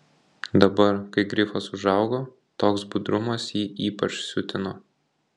dabar kai grifas užaugo toks budrumas jį ypač siutino